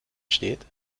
steht